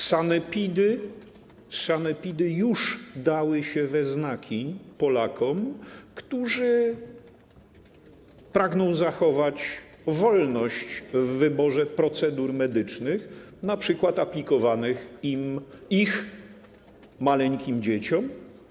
Sanepidy już dały się we znaki Polakom, którzy pragną zachować wolność w wyborze procedur medycznych, np. aplikowanych ich maleńkim dzieciom.